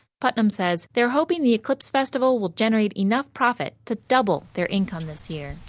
putnam said they're hoping the eclipse festival will generate enough profit to double their income this year.